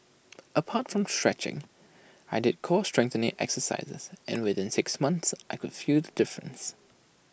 apart from stretching I did core strengthening exercises and within six months I could feel the difference